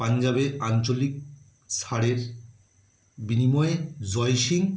পাঞ্জাবের আঞ্চলিক ছাড়ের বিনিময়ে জয়সিং